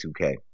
2K